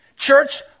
Church